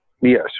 Yes